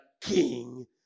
King